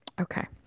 Okay